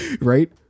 right